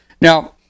Now